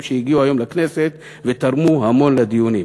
שהגיעו היום לכנסת ותרמו המון לדיונים.